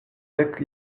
dek